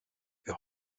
wir